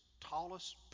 tallest